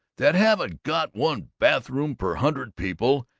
that haven't got one bathroom per hundred people,